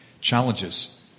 challenges